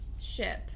ship